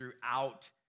throughout